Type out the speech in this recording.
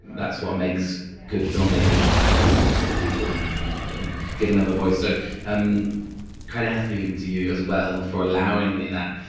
that's what makes good filmmakers-listening to other people and and and giving them a voice. so um credit has to be given to you as well for allowing me that.